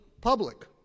public